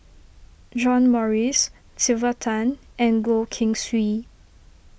John Morrice Sylvia Tan and Goh Keng Swee